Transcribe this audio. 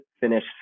finish